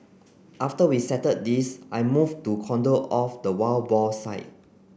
after we settled this I moved to cordon off the wild boar site